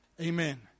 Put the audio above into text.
Amen